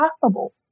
possible